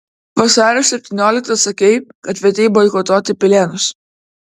vasario septynioliktą sakei kad kvietei boikotuoti pilėnus